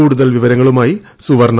കൂടുതൽ വിവരങ്ങളുമായി സുവർണ്ണ